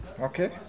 Okay